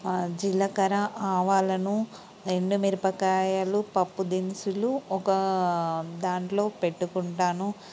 జీలకర్ర ఆవాలను ఎండుమిరపకాయలు పప్పు దినుసులు ఒక దాంట్లో పెట్టుకుంటాను